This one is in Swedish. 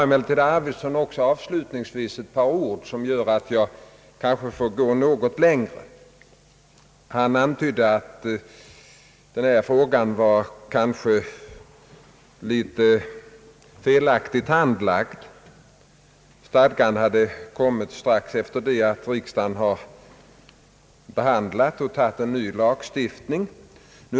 Emellertid sade herr Arvidson avslutningsvis några ord som gör att jag får gå något längre. Han antydde att denna fråga kanske handlagts litet felaktigt — stadgan hade kommit strax efter det att riksdagen behandlat och antagit en ny jaktlag.